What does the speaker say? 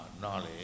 knowledge